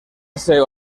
seu